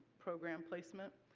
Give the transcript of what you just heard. program placement.